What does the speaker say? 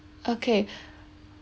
okay